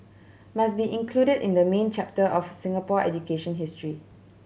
must be included in the main chapter of Singapore education history